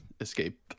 escape